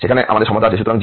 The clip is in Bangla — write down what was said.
সেখানে আমাদের সমতা আছে